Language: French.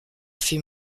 fit